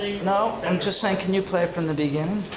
you know i'm just saying, can you play it from the beginning?